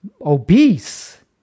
obese